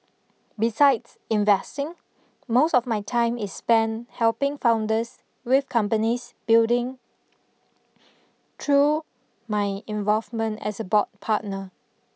besides investing most of my time is spent helping founders with companies building through my involvement as a board partner